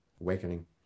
awakening